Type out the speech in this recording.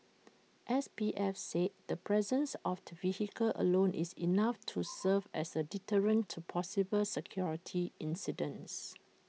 S P F said the presence of the vehicle alone is enough to serve as A deterrent to possible security incidents